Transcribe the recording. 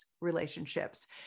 relationships